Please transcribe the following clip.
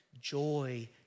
joy